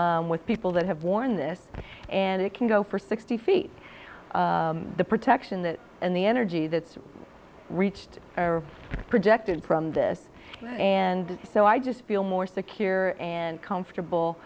with people that have worn this and it can go for sixty feet the protection that and the energy that's reached are projected from this and so i just feel more secure and comfortable